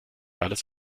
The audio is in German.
alles